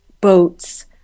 boats